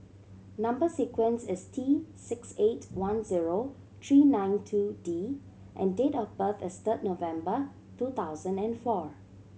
number sequence is T six eight one zero three nine two D and date of birth is third November two thousand and four